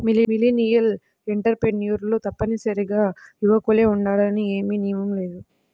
millennial ఎంటర్ప్రెన్యూర్లు తప్పనిసరిగా యువకులే ఉండాలని ఏమీ నియమం లేదు